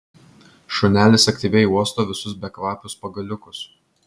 šunelis aktyviai uosto visus bekvapius pagaliukus